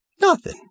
Nothing